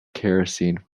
kerosene